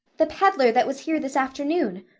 the peddler that was here this afternoon.